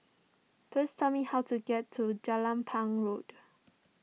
please tell me how to get to Jelapang Road